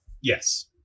Yes